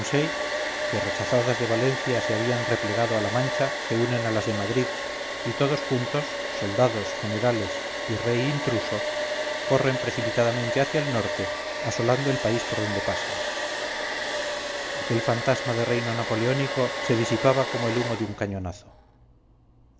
que rechazadas de valencia se habían replegado a la mancha se unen a las de madrid y todos juntos soldados generales y rey intruso corren precipitadamente hacia el norte asolando el país por donde pasan aquel fantasma de reino napoleónico se disipaba como el humo de un cañonazo